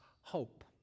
hope